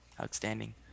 outstanding